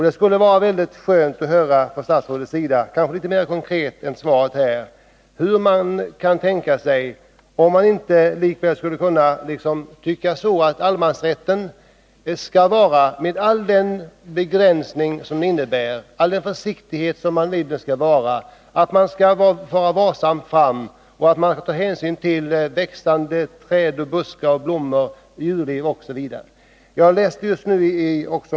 Det skulle vara skönt att få ett litet mera konkret besked än i svaret av statsrådet om hur allemansrätten skall tillämpas med alla de krav på försiktighet med växande träd, buskar och blommor och varsamhet med djurlivet som den innebär.